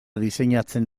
diseinatzen